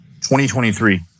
2023